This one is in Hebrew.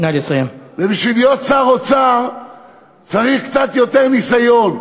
ובשביל להיות שר אוצר צריך קצת יותר ניסיון,